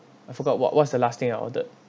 I forgot what what's the last thing I ordered